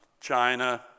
China